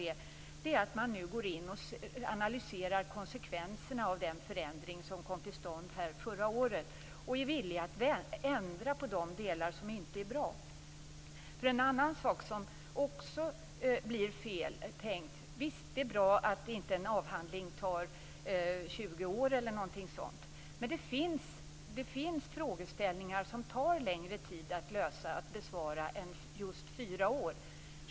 Det gäller att gå in och analysera konsekvenserna av den förändring som kom till stånd förra året och att vara villig att ändra på de delar som inte är bra. En annan sak som också blir fel tänkt är följande. Visst, det är bra att en avhandling inte tar 20 år eller något i den vägen. Men det finns frågeställningar som det tar längre tid att lösa, att besvara, än just fyra år.